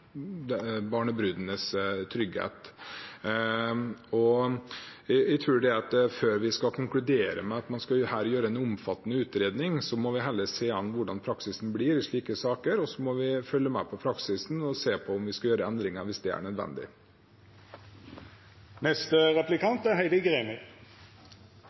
barnebrudenes trygghet. Jeg tror at før vi skal konkludere med at man skal gjøre en omfattende utredning, må vi heller se an hvordan praksisen blir i slike saker, og så må vi følge med på praksisen og se på om det er nødvendig å gjøre endringer. Som statsråden sa i innlegget, er